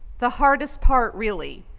the hardest part really,